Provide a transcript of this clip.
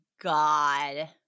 God